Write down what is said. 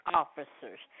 officers